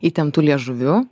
įtemptu liežuviu